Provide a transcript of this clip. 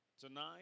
Tonight